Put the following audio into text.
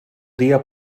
dia